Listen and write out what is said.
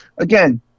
again